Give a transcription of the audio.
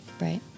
Right